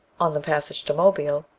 on the passage to mobile,